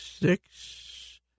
six